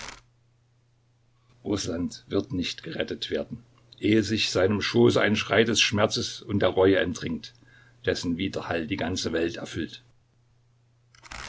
rußland wird nicht gerettet werden ehe sich seinem schoße ein schrei des schmerzes und der reue entringt dessen widerhall die ganze welt erfüllt